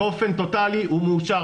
באופן טוטאלי הוא מאושר,